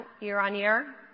year-on-year